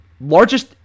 largest